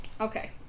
Okay